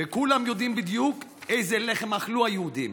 וכולם יודעים בדיוק איזה לחם אכלו היהודים: